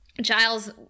Giles